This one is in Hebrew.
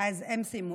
אז הן הסתיימו.